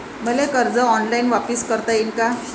मले कर्ज ऑनलाईन वापिस करता येईन का?